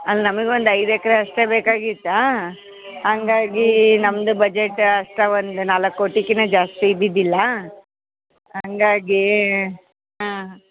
ಅಲ್ಲಿ ನಮಗ್ ಒಂದು ಐದು ಎಕ್ರೆ ಅಷ್ಟೇ ಬೇಕಾಗಿತ್ತು ಹಂಗಾಗೀ ನಮ್ಮದು ಬಜೆಟ್ ಅಷ್ಟೇ ಒಂದು ನಾಲ್ಕು ಕೋಟಿಕ್ಕಿಂತ ಜಾಸ್ತಿ ಇದ್ದಿದಿಲ್ಲ ಹಾಗಾಗೀ ಹಾಂ